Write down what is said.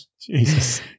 jesus